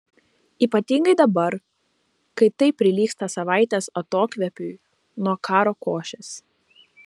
ypatingai dabar kai tai prilygsta savaitės atokvėpiui nuo karo košės